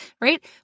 Right